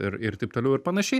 ir ir taip toliau ir panašiai